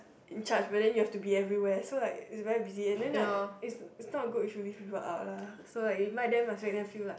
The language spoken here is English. in charge but then you have to be everywhere so like it's very busy and then like it's not good to leave people out lah so like invite them must make them feel like